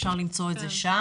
אפשר למצוא את זה שם.